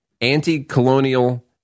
anti-colonial